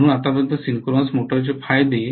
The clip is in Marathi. म्हणून आतापर्यंत सिंक्रोनस मोटरचे फायदे आहेत